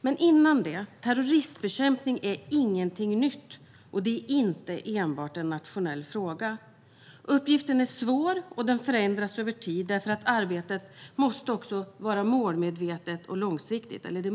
Men innan det: Terroristbekämpning är ingenting nytt, och det är inte enbart en nationell fråga. Uppgiften är svår, och den förändras över tid, därför att arbetet också måste vara målmedvetet och långsiktigt.